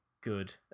good